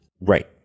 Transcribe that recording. Right